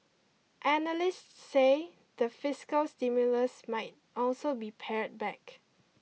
analysts say the fiscal stimulus might also be pared back